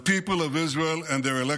The people of Israel and their elected